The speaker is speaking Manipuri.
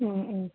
ꯎꯝ ꯎꯝ